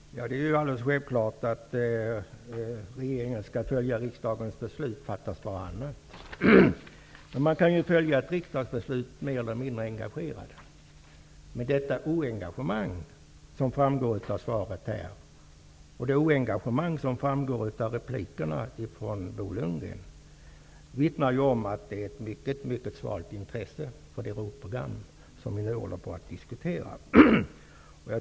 Fru talman! Det är alldeles självklart att regeringen skall följa riksdagens beslut. Fattas bara annat! Men man kan följa ett riksdagsbeslut mer eller mindre engagerat. Den brist på engagemang som framgår av svaret och av replikerna från Bo Lundgren vittnar om att det är ett mycket svalt intresse för det ROT-program som vi nu håller på att diskutera.